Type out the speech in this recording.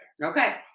Okay